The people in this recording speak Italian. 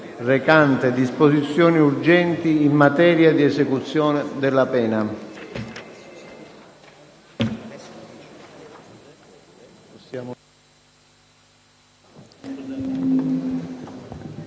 recante disposizioni urgenti in materia di esecuzione della pena»